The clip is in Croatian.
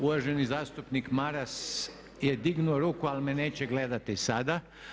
Uvaženi zastupnik Maras je dignuo ruku ali me neće gledati sada.